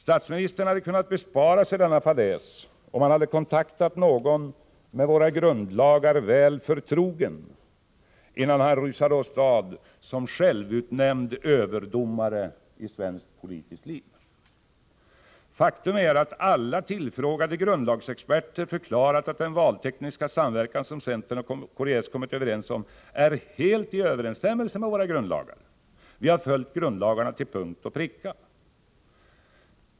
Statsministern hade kunnat bespara sig denna fadäs, om han hade kontaktat någon med våra grundlagar väl förtrogen, innan han rusade åstad som självutnämnd överdomare i svenskt politiskt liv. Faktum är att alla tillfrågade grundlagsexperter förklarat att den valtekniska samverkan som centern och kds kommit överens om är helt i överensstämmelse med våra grundlagar. Vi har följt grundlagarna till punkt och pricka.